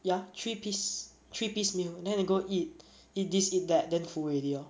ya three piece three piece meal then they go eat eat this eat that then full already lor